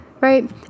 Right